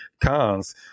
cons